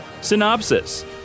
Synopsis